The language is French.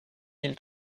mille